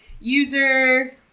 User